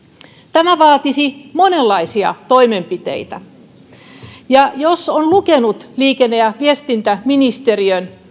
tämä vaatisi monenlaisia toimenpiteitä jos on lukenut liikenne ja viestintäministeriön